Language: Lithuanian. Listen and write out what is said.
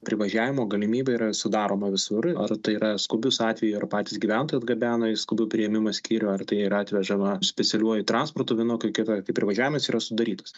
privažiavimo galimybė yra sudaroma visur ar tai yra skubūs atvejai ar patys gyventojai atgabeno į skubių priėmimų skyrių ar tai yra atvežama specialiuoju transportu vienokių kita tai privažiavimas yra sudarytas